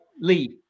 leave